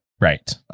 Right